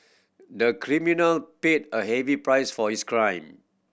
the criminal paid a heavy price for his crime